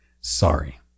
Sorry